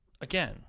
again